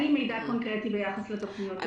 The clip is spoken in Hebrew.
אין לי מידע קונקרטי ביחס לתוכניות האלה.